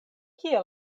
kie